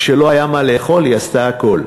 כשלא היה מה לאכול, היא עשתה הכול.